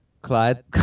Clyde